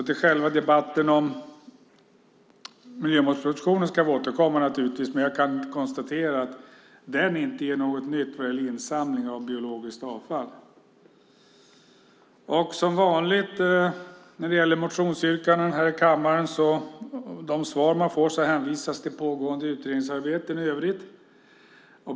Till själva debatten om miljömålspropositionen ska vi återkomma, naturligtvis, men jag kan i alla fall konstatera att den inte ger något nytt vad gäller insamling av biologiskt avfall. Som vanligt när det gäller motionsyrkanden hänvisas till pågående utredningsarbeten.